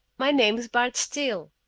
my name's bart steele.